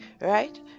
right